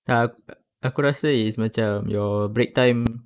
ah a~ aku rasa is macam your break time